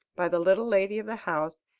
by the little lady of the house,